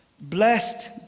Blessed